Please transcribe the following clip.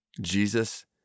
Jesus